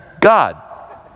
God